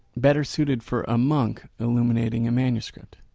better suited for a monk illuminating a manuscript.